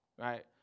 right